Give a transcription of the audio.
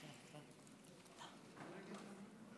(חותמת על ההצהרה)